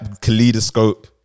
kaleidoscope